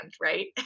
right